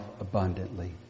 abundantly